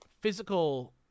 physical